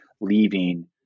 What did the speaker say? leaving